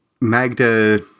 Magda